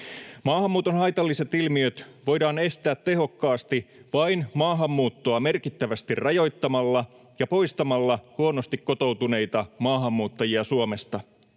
Maahanmuuton haitalliset ilmiöt voidaan estää tehokkaasti vain maahanmuuttoa merkittävästi rajoittamalla ja poistamalla huonosti kotoutuneita maahanmuuttajia Suomesta.